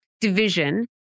division